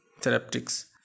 Therapeutics